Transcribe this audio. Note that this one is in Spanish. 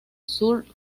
sur